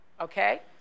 Okay